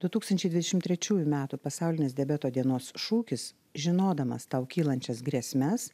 du tūkstančiai dvidešimt trečiųjų metų pasaulinės diabeto dienos šūkis žinodamas tau kylančias grėsmes